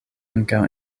ankaŭ